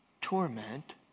torment